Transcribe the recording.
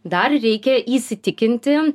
dar reikia įsitikinti